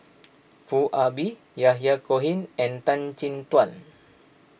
Foo Ah Bee Yahya Cohen and Tan Chin Tuan